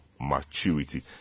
maturity